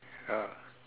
ya